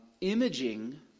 Imaging